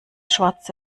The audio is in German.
schwarze